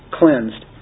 cleansed